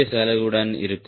S அலகுடன் இருக்கும்